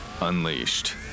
Unleashed